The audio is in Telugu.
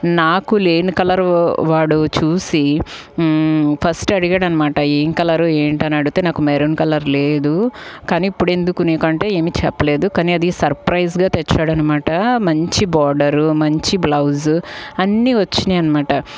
నాకు లేని కలరు వాడు చూసి ఫస్ట్ అడిగాడు అన్నమాట ఏం కలరు ఏంటని అడిగితే నాకు మెరూన్ కలర్ లేదు కానీ ఇప్పుడు ఎందుకు నీకు అంటే ఏమి చెప్పలేదు కానీ అది సర్ప్రైజ్గా తెచ్చాడు అనమాట మంచి బార్డరు మంచి బ్లౌజు అన్నీ వచ్చాయి అనమాట